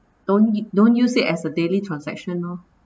don't us~ don't use it as a daily transaction lor